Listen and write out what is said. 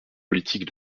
politique